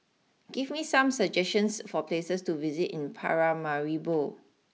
give me some suggestions for places to visit in Paramaribo